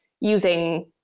using